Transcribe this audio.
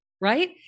right